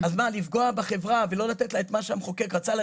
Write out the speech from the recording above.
לפגוע בחברה ולא לתת לה את מה שהמחוקק רוצה,